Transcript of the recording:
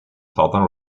southern